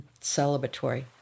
celebratory